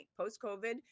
post-COVID